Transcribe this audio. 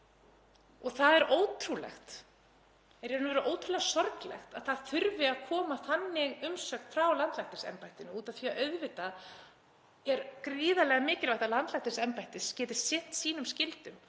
Það er í raun og veru ótrúlega sorglegt að það þurfi að koma þannig umsögn frá landlæknisembættinu því að auðvitað er gríðarlega mikilvægt að landlæknisembættið geti sinnt sínum skyldum